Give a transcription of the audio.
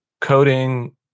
coding